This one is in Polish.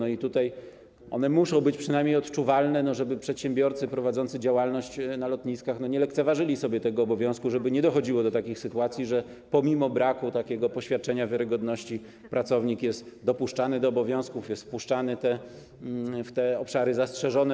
One muszą być przynajmniej odczuwalne, żeby przedsiębiorcy prowadzący działalność na lotniskach nie lekceważyli sobie tego obowiązku, żeby nie dochodziło do takich sytuacji, że pomimo braku takiego poświadczenia wiarygodności pracownik jest dopuszczany do obowiązków, jest wpuszczany w te obszary zastrzeżone.